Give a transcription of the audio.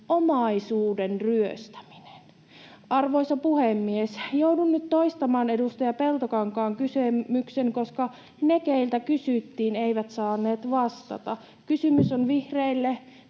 laajamittainen ryöstäminen. Arvoisa puhemies! Joudun nyt toistamaan edustaja Peltokankaan kysymyksen, koska ne, keiltä kysyttiin, eivät saaneet vastata. Kysymys on vihreille